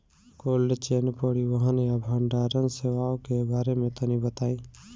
Cold chain परिवहन या भंडारण सेवाओं के बारे में तनी बताई?